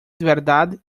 verdad